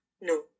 No